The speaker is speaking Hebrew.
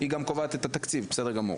היא גם קובעת את התקציב, בסדר גמור.